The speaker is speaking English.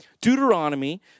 Deuteronomy